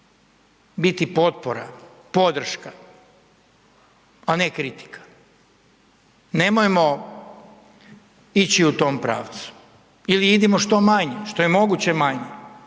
Biti potpora, podrška, a ne kritika. Nemojmo ići u tom pravcu ili idimo što manje, što je moguće manje.